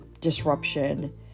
disruption